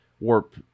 warp